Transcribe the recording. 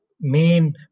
main